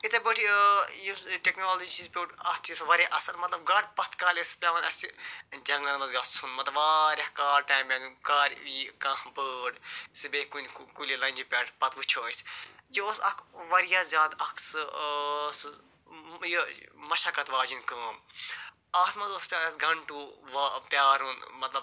یِتھٕے پٲٹھی یُس یہِ ٹٮ۪کنالوجی چھِ اَتھ چھِ أسۍ وارِیاہ اَصٕل مطلب گرٕ پتھ کالہِ ٲسۍ پٮ۪وان اَسہِ جنٛگلن منٛز گژھُن مطلب واریاہ کال کر یی کانٛہہ بٲرڈ سُہ بیٚہہ کُنہِ کُلہِ لنٛجہِ پٮ۪ٹھ پتہٕ وُچھو أسۍ یہِ اوس اکھ وارِیاہ زیادٕ اکھ سُہ سُہ یہِ مشقت واجیٚنۍ کٲم اتھ منٛز ٲس پٮ۪وان اَسہِ گنٛٹو وَ پرٛارُن مطلب